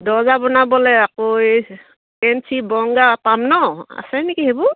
দৰ্জা বনাবলৈ আকৌ এই পাম ন আছে নেকি সেইবোৰ